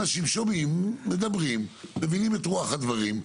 אנשים שומעים, מדברים, מבינים את רוח הדברים.